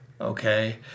okay